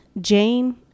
Jane